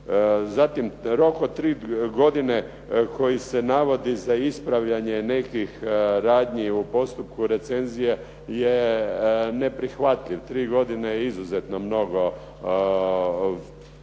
Zatim, rok od tri godine koji se navodi za ispravljanje nekih radnji u postupku recenzije je neprihvatljiv. Tri godine je izuzetno mnogo vremena.